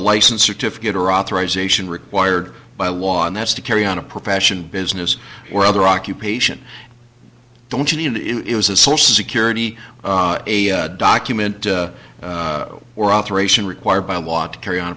license certificate or authorization required by law and that's to carry on a profession business or other occupation don't you need it was a social security a document or operation required by law to carry on a